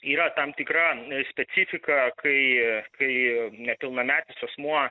yra tam tikra specifika kai kai nepilnametis asmuo